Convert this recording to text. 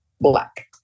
black